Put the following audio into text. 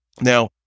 Now